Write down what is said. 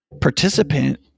participant